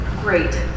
great